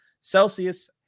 Celsius